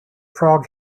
frog